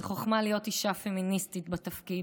זה חוכמה להיות אישה פמיניסטית בתפקיד,